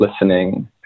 listening